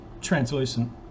translucent